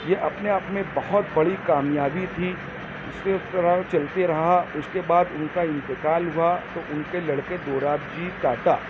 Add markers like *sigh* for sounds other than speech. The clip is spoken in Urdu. یہ اپنے آپ میں بہت بڑی کامیابی تھی *unintelligible* اسی طرح چلتا رہا اس کے بعد ان کا انتقال ہوا تو ان کے لڑکے دوراب جی ٹاٹا